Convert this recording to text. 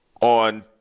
on